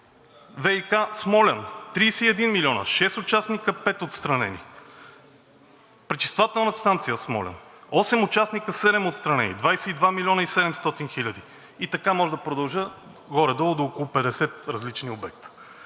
ВиК Смолян – 31 милиона, шест участника – пет отстранени; Пречиствателна станция – Смолян, осем участника – седем отстранени, 22 милиона и 700 хиляди. И така мога да продължа горе-долу до около 50 различни обекта.